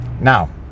Now